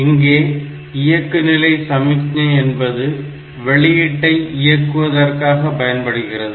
இங்கே இயக்கு நிலை சமிக்ஞை என்பது வெளியீட்டை இயக்குவதற்காக பயன்படுகிறது